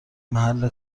محل